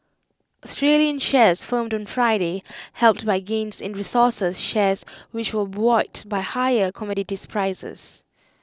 Australian shares firmed on Friday helped by gains in resources shares which were buoyed by higher commodities prices